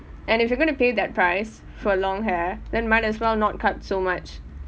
and if you're going to pay that price for long hair then might as well not cut so much